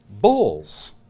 bulls